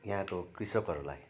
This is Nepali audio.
यहाँको कृषकहरूलाई